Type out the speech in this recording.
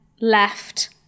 left